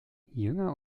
jünger